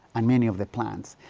and many of the plants.